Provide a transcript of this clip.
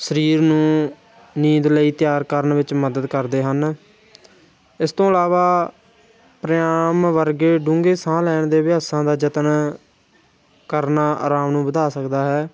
ਸਰੀਰ ਨੂੰ ਨੀਂਦ ਲਈ ਤਿਆਰ ਕਰਨ ਵਿੱਚ ਮਦਦ ਕਰਦੇ ਹਨ ਇਸ ਤੋਂ ਇਲਾਵਾ ਪ੍ਰਿਆਮ ਵਰਗੇ ਡੂੰਘੇ ਸਾਹ ਲੈਣ ਦੇ ਅਭਿਆਸਾਂ ਦਾ ਯਤਨ ਕਰਨਾ ਆਰਾਮ ਨੂੰ ਵਧਾ ਸਕਦਾ ਹੈ